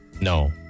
No